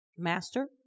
master